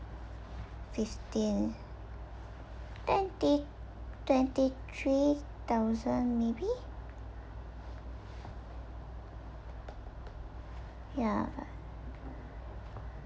fifteen twenty twenty three thousand maybe ya